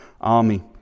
army